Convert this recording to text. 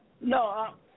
No